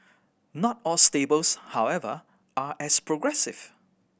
not all stables however are as progressive